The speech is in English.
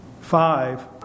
Five